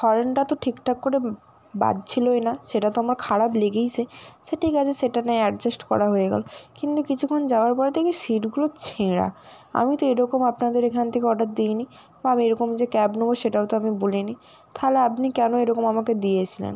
হর্নটা তো ঠিকঠাক করে বাজছিলোই না সেটা তো আমার খারাপ লেগেইছে সে ঠিক আছে সেটা নয় অ্যাডজাস্ট করা হয়ে গেল কিন্তু কিছুক্ষণ যাওয়ার পরে দেখি সীটগুলো ছেঁড়া আমি তো এরকম আপনাদের এখান থেকে অর্ডার দিইনি বা আমি এরকম যে ক্যাব নেব সেটাও তো আমি বলিনি থালে আপনি কেন এই রকম আমাকে দিয়েছিলেন